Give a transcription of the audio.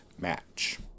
match